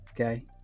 Okay